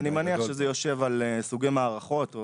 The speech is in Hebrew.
אני מניח שזה יושב על סוגי מערכות.